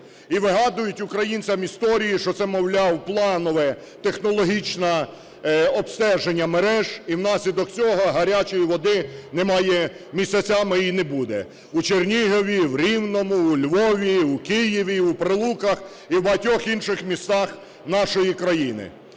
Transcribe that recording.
І вигадають українцям історію, що це, мовляв, планове технологічне обстеження мереж, і внаслідок цього гарячої води немає місяцями, і не буде: у Чернігові, в Рівному, у Львові, у Києві, у Прилуках і в багатьох інших містах нашої країни.